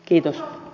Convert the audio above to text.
kiitos